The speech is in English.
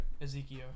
Ezekiel